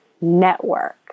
network